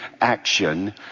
action